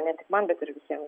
ne tik man bet ir visiem